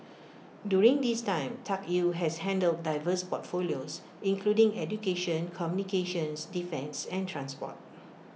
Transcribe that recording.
during this time Tuck Yew has handled diverse portfolios including education communications defence and transport